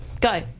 Go